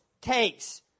takes